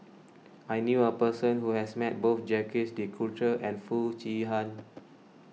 I knew a person who has met both Jacques De Coutre and Foo Chee Han